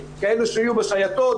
כאלה שיהיו בשייטות,